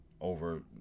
over